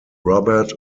robert